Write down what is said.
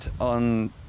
on